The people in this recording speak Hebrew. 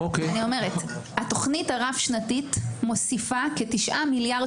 אני אומרת: התוכנית הרב-שנתית מוסיפה כ-9 מיליארד